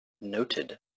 Noted